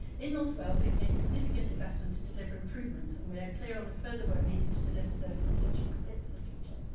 in north wales, we've made significant investment to deliver improvements and we are clear on the further work needed to deliver services fit yeah fit for the future.